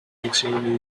extreme